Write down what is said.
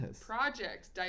Projects